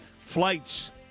Flights